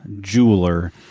jeweler